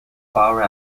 power